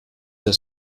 der